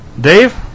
Dave